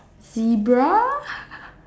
zebra